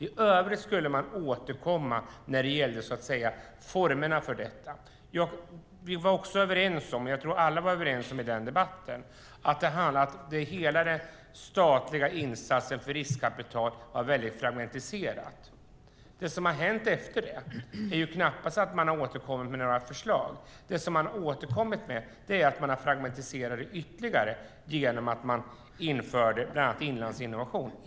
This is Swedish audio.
I övrigt skulle man återkomma om formerna för detta. Jag tror att alla i den debatten också var överens om att de statliga insatserna för riskkapital var väldigt fragmentiserade. Det som har hänt efter det är knappast att man har återkommit med några förslag. Det som man har återkommit med är att man har fragmentiserat det ytterligare genom att man bildade bland annat Inlandsinnovation.